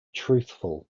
truthful